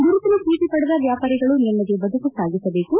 ಗುರುತಿನ ಚೀಟಿ ಪಡೆದ ವ್ವಾಪಾರಿಗಳು ನೆಮ್ದಿ ಬದುಕು ಸಾಗಿಸಬೇಕು